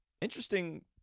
interesting